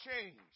Change